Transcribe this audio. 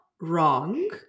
wrong